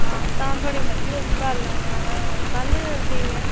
हां तां थुआढ़ी मर्जी तुस कल्ल औना तां कल्ल गै ठीक ऐ